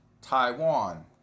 Taiwan